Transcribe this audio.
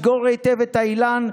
סגור היטב את האילן,